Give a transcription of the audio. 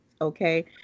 okay